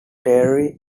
terri